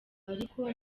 ariko